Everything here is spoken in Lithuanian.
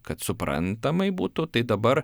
kad suprantamai būtų tai dabar